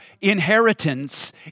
inheritance